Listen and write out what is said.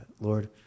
lord